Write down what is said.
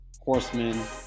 horsemen